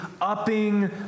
upping